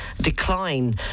decline